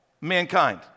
mankind